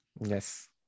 Yes